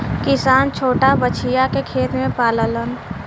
किसान छोटा बछिया के खेत में पाललन